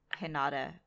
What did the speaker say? Hinata